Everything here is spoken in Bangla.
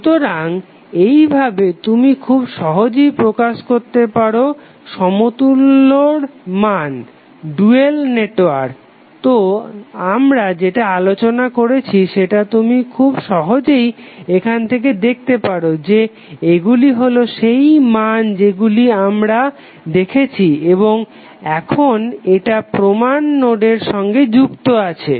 সুতরাং এইভাবে তুমি খুব সহজেই প্রকাশ করতে পারো সমতুল্যর মান ডুয়াল নেটওয়ার্ক তো আমরা যেটা আলোচনা করেছি সেটা তুমি খুব সহজেই এখান থেকে দেখতে পারো যে এইগুলি হলো সেই মান যেগুলি আমরা দেখেছি এবং এখন এটা প্রমান নোডের সঙ্গে যুক্ত আছে